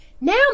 Now